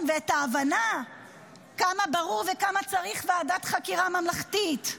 וההבנה כמה ברור וכמה צריך ועדת חקירה ממלכתית.